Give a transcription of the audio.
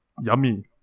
Yummy